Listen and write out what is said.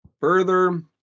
Further